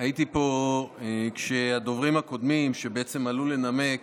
הייתי פה כשהדוברים הקודמים עלו לנמק,